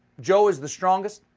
joe is the strongest,